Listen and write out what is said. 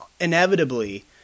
inevitably